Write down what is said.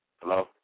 Hello